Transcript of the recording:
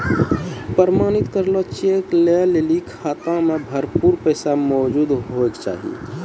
प्रमाणित करलो चेक लै लेली खाता मे भरपूर पैसा मौजूद होय के चाहि